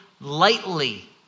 lightly